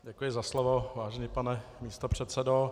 Děkuji za slovo, vážený pane místopředsedo.